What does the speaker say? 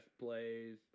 plays